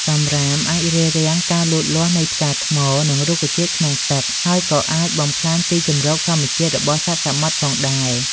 សំរាមអាចរារាំងការលូតលាស់នៃផ្កាថ្ម និងរុក្ខជាតិក្នុងទឹក ហើយក៏អាចបំផ្លាញទីជម្រកធម្មជាតិរបស់សត្វសមុទ្រផងដែរ។